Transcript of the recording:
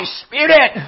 spirit